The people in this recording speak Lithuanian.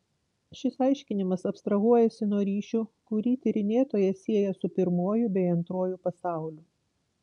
šis aiškinimas abstrahuojasi nuo ryšių kurį tyrinėtoją sieja su pirmuoju bei antruoju pasauliu